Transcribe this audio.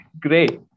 Great